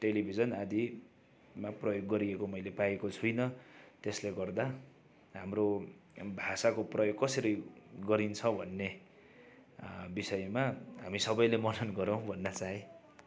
television आदिमा प्रयोग गरिएको मैले पाएको छुइनँ त्यसले गर्दा हाम्रो भाषाको प्रयोग कसरी गरिन्छ भन्ने विषयमा हामी सबैले मनन गरौँ भन्न चाहेँ